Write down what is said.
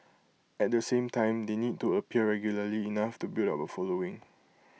at the same time they need to appear regularly enough to build up A following